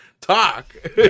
talk